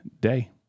day